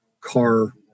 car